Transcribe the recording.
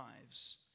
lives